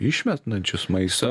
išmetančius maisto